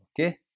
OK